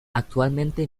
actualmente